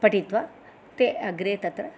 पठित्वा ते अग्रे तत्र